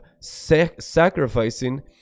sacrificing